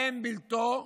אין בלתו,